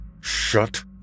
Shut